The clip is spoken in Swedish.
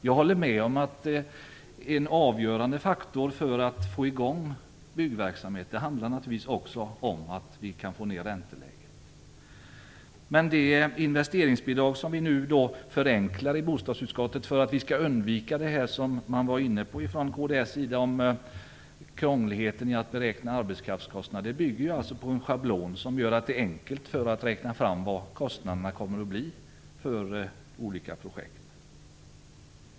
Jag håller med om att en avgörande faktor för att få i gång byggverksamheten naturligtvis är att vi också kan få ner ränteläget. Men det investeringsbidrag, som vi nu förenklar i bostadsutskottet för att undvika det som man var inne på från kds sida om krångligheten i att beräkna arbetskraftskostnad, bygger på en schablon som gör att det är enkelt att räkna fram vad kostnaderna kommer att bli för olika projekt.